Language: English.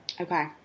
Okay